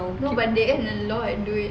no but they earn a lot of duit